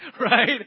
right